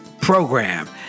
program